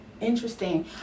interesting